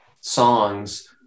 songs